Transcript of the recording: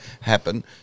happen